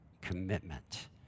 commitment